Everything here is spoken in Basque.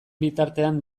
bitartean